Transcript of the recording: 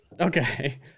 Okay